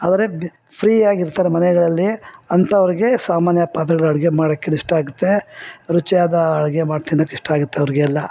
ಅವರೆ ದಿ ಫ್ರೀಯಾಗಿರ್ತಾರೆ ಮನೆಗಳಲ್ಲಿ ಅಂಥವ್ರಿಗೆ ಸಾಮಾನ್ಯ ಪಾತ್ರೆಗಳಲ್ಲಿ ಅಡಿಗೆ ಮಾಡಕ್ಕೆ ಇಷ್ಟ ಆಗತ್ತೆ ರುಚಿಯಾದ ಅಡಿಗೆ ಮಾಡಿ ತಿನ್ನೋಕೆ ಇಷ್ಟ ಆಗುತ್ತೆ ಅವರಿಗೆಲ್ಲ